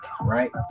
right